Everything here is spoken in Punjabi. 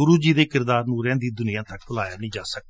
ਗੁਰੁ ਜੀ ਦੇ ਕਿਰਦਾਰ ਨੰ ਰਹਿੰਦੀ ਦੁਨੀਆਂ ਤੱਕ ਯਾਦ ਰਖਿਆ ਜਾਵੇਗਾ